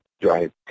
drive